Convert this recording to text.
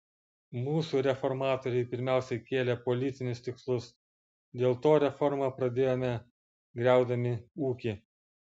mūsų reformatoriai pirmiausia kėlė politinius tikslus dėl to reformą pradėjome griaudami ūkį